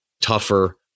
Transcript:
tougher